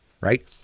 right